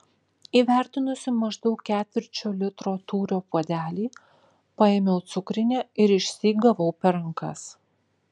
įvertinusi maždaug ketvirčio litro tūrio puodelį paėmiau cukrinę ir išsyk gavau per rankas